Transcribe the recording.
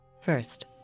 First